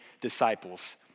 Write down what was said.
disciples